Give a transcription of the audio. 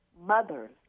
mothers